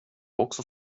också